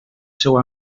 seu